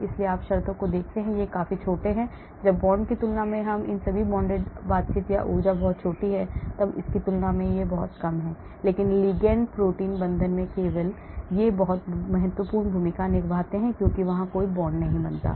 इसलिए आप शर्तों से देखते हैं वे सभी काफी छोटे हैं जब bond की तुलना में इन सभी non bonded बातचीत या ऊर्जा बहुत छोटी है जब इसकी तुलना में बहुत कम है लेकिन लिगैंड प्रोटीन बंधन में केवल ये बहुत महत्वपूर्ण भूमिका निभाते हैं क्योंकि वहाँ कोई bond नहीं बनता है